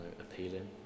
Appealing